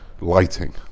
lighting